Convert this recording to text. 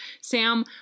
Sam